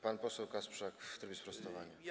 Pan poseł Kasprzak w trybie sprostowania.